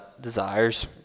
desires